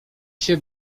się